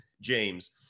James